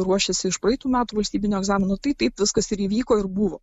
ruošėsi iš praeitų metų valstybinių egzaminų tai taip viskas ir įvyko ir buvo